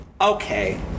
Okay